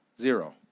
zero